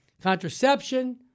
contraception